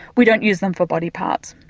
we don't use them for body parts.